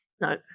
No